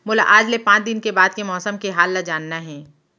मोला आज ले पाँच दिन बाद के मौसम के हाल ल जानना हे?